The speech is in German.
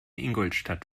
ingolstadt